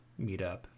meetup